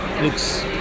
looks